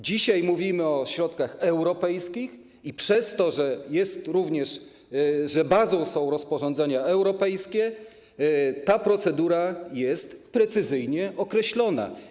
Dzisiaj mówimy o środkach europejskich i przez to, że bazą są rozporządzenia europejskie, ta procedura jest precyzyjnie określona.